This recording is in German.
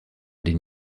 den